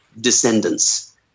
descendants